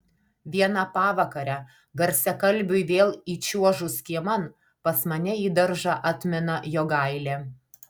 vieną pavakarę garsiakalbiui vėl įčiuožus kieman pas mane į daržą atmina jogailė